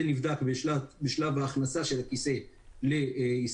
זה נבדק בשלב ההכנסה של הכיסא לישראל,